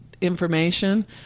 information